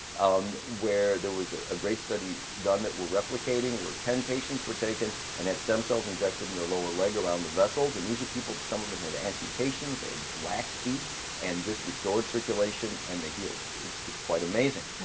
um where there was a great study done that we're replicating, where ten patients were taken and had stem cells injected in their lower leg around the vessels, and these are people some of them had amputations, they had black feet and this restored circulation and they healed. it's it's quite amazing.